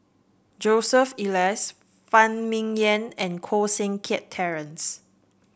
Joseph Elias Phan Ming Yen and Koh Seng Kiat Terence